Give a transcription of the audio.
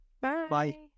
Bye